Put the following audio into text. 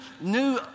new